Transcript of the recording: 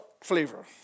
flavor